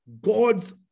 God's